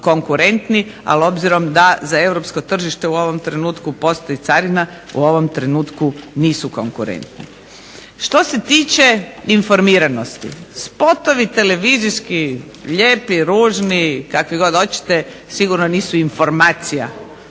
Ali obzirom da za europsko tržište u ovom trenutku postoji carina u ovom trenutku nisu konkurentni. Što se tiče informiranosti, spotovi televizijski lijepi, ružni kakvi god hoćete sigurno nisu informacija.